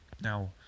Now